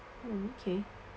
uh okay